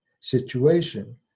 situation